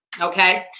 Okay